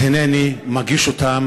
אז הנני מגיש אותה